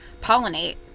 pollinate